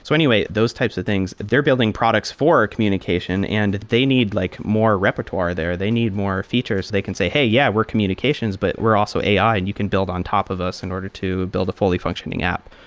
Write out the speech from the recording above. so anyway, those types of things. they're building products for communication and they need like more repertoire there. they need more features so they can say, hey, yeah. we're communications, but were also ai, and you can build on top of us in order to build a fully functioning app.